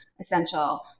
essential